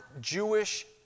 Jewish